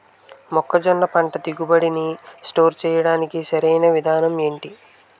మొక్కజొన్న పంట దిగుబడి నీ స్టోర్ చేయడానికి సరియైన విధానం ఎంటి?